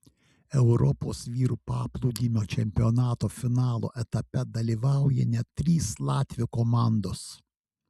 europos vyrų paplūdimio čempionato finalo etape dalyvauja net trys latvių komandos